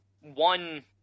one